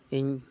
ᱤᱧ